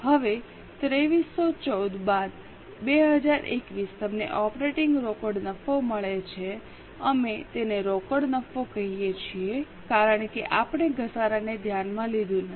હવે 2314 બાદ 2021 તમને ઓપરેટિંગ રોકડ નફો મળે છે અમે તેને રોકડ નફો કહીએ છીએ કારણ કે આપણે ઘસારાને ધ્યાનમાં લીધું નથી